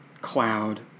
cloud